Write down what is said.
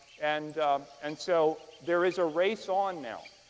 and and so there is a race on now.